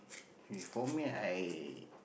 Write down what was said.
okay for me I